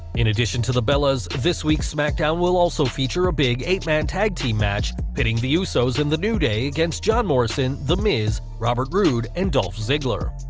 in addition to the bellas, this week's smackdown will also feature a big eight man tag team match, pitting the usos and the new day against john morrison the miz, robert roode and dolph ziggler.